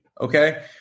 Okay